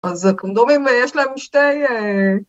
‫אז קונדומים ויש להם שתי...